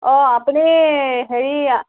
অঁ আপুনি হেৰি